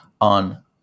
on